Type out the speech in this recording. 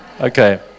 Okay